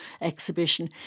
exhibition